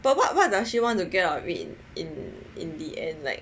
but what what does she want to get out of it in in in the end like